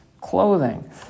clothing